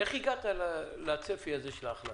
איך הגעת לצפי הזה של ההכנסות?